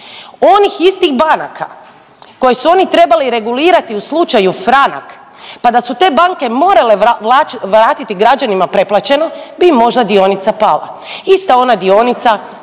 onih istih banaka koje su oni trebali regulirati u slučaju Franak pa da su te banke morale vratiti građane preplaćeno bi možda dionica pala, ista ona dionica